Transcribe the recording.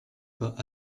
pas